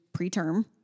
preterm